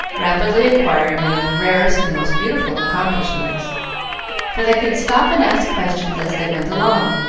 rapidly acquiring one of the rarest and most beautiful accomplishments for they could stop and ask questions as they went along,